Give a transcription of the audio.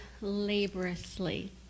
laboriously